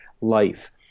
life